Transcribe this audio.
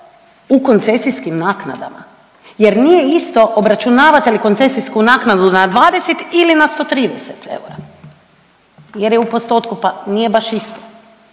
u koncesijskim naknadama jer nije isto obračunavate li koncesijsku naknadu na 20 ili na 130 eura jer je u postotku pa nije baš isto.